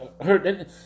hurt